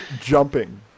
jumping